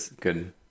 good